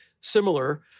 similar